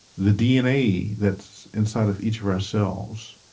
the dna that's inside of each of our cells,